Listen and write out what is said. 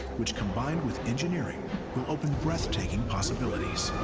which combine with engineering to open breathtaking possibilities.